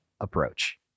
approach